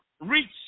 reach